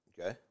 Okay